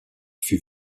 fut